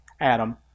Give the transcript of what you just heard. Adam